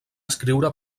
escriure